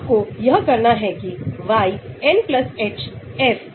ये ड्रग्स की श्रृंखला हैं जिनके बारे में हम बात कर रहे हैं उनके पास R1 है